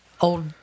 old